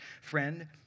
friend